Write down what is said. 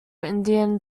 indian